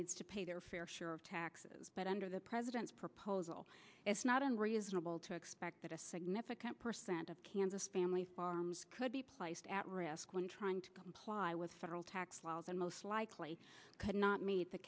needs to pay their fair share of taxes but under the president's proposal it's not unreasonable to expect that a significant percent of kansas family farms could be placed at risk when trying to comply with federal tax well then most likely could not meet the